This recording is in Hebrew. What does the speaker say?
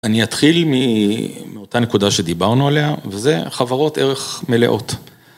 אני אתחיל מאותה נקודה שדיברנו עליה וזה חברות ערך מלאות.